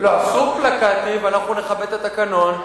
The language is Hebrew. אסור פלקטים ואנחנו נכבד את התקנון,